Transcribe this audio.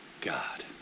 God